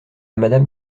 madame